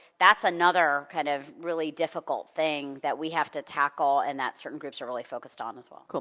that's another kind of really difficult thing that we have to tackle and that certain groups are really focused on as well. cool,